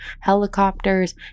helicopters